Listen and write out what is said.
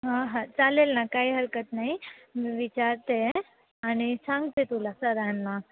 हां हां चालेल ना काही हरकत नाही मी विचारते आहे आणि सांगते तुला सरांना